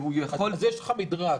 יש לך מדרג.